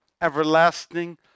everlasting